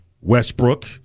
Westbrook